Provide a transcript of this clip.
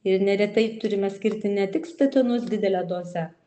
ir neretai turime skirti ne tik statinus didele doze